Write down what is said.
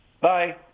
Bye